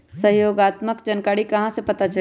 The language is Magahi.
सहयोगात्मक जानकारी कहा से पता चली?